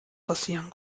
passieren